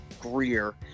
Greer